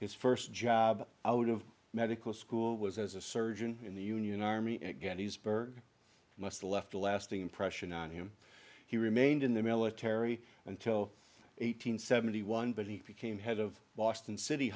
his first job out of medical school was as a surgeon in the union army at gettysburg and thus left a lasting impression on him he remained in the military until eight hundred seventy one but he became head of boston city